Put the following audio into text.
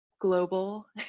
global